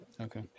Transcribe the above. Okay